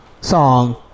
song